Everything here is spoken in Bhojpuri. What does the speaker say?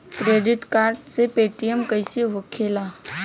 क्रेडिट कार्ड से पेमेंट कईसे होखेला?